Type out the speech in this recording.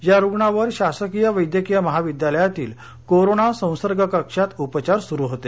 या रुग्णावर शासकीय वैद्यकीय महाविद्यालयातील कोरोना संसर्ग कक्षात उपचार सुरु होते